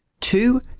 Two